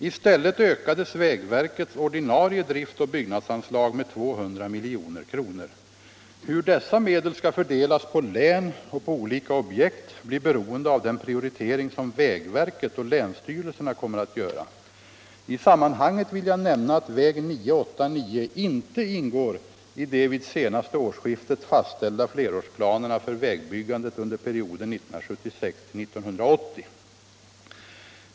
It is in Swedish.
I stället ökades vägverkets ordinarie driftoch byggnadsanslag med 200 milj.kr. Hur dessa medel skall fördelas på län och på olika objekt blir beroende av den prioritering som vägverket och länsstyrelserna kommer att göra. I sammanhanget vill jag nämna att väg 989 inte ingår i de vid senaste årsskiftet fastställda flerårsplanerna för vägbyggandet under perioden 1976-1980.